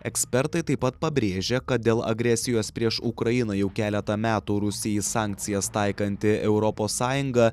ekspertai taip pat pabrėžia kad dėl agresijos prieš ukrainą jau keletą metų rusijai sankcijas taikanti europos sąjunga